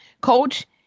coach